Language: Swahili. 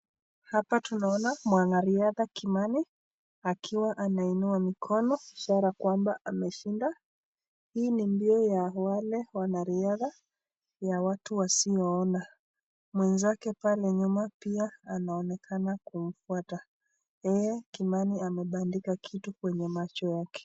Hapa tunaona mwanariadha Kimani akiwa anainua mkono ishara kwamba ameshinda hii ni mbio ya wale wanariadha ya watu wasio ona mwenzake pale nyuma pia anaonekana kumfwata yeye Kimani amebandika kitu kwenye macho mwake.